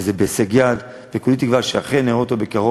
וזה בהישג יד, וכולי תקווה שאכן נראה אותו בקרוב,